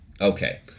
Okay